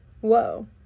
whoa